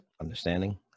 Understanding